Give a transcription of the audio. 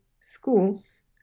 schools